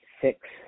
six